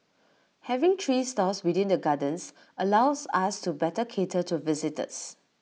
having three stores within the gardens allows us to better cater to visitors